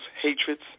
hatreds